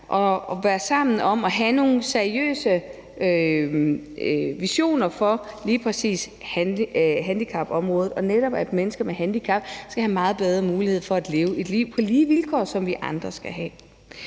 og være sammen om at have nogle seriøse visioner for lige præcis handicapområdet, og for at mennesker med handicap skal have meget bedre mulighed for at leve et liv på lige vilkår som vi andre. Jeg har